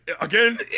again